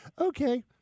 okay